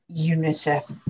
UNICEF